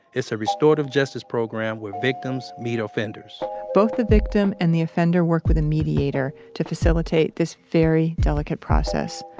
it's a restorative justice program where victims meet offenders both the victim and the offender work with a mediator to facilitate this very delicate process.